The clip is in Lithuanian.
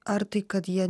ar tai kad jie